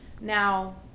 now